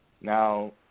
Now